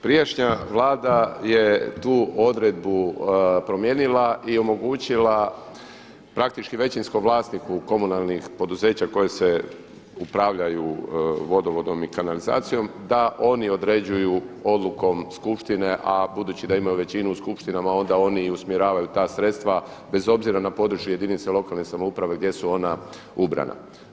Prijašnja Vlada je tu odredbu promijenila i omogućila praktički većinskom vlasniku komunalnih poduzeća koji upravljaju vodovodom i kanalizacijom da oni određuju odlukom skupštine a budući da imaju većinu u skupštinama onda oni i usmjeravaju ta sredstva bez obzira na područje jedinica lokalne samouprave gdje su ona ubrana.